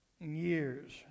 years